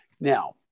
Now